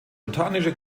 botanische